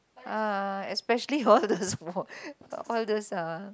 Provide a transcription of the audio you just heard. ah especially all these all those uh